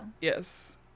Yes